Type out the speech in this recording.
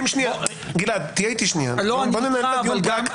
גלעד, בוא ננהל דיון פרקטי.